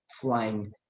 flying